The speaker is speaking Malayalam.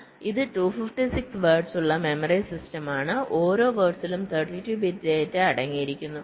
ഇത് 256 വേഡ്സ് ഉള്ള ഒരു മെമ്മറി സിസ്റ്റമാണ് ഓരോ വേർഡിലും 32 ബിറ്റ് ഡാറ്റ അടങ്ങിയിരിക്കുന്നു